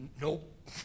nope